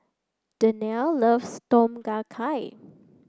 Danelle loves Tom Kha Gai